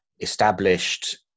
established